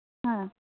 ᱦᱮᱸ